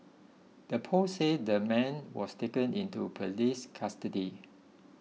the post said the man was taken into police custody